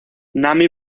nami